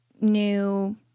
new